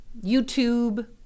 YouTube